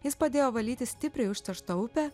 jis padėjo valyti stipriai užterštą upę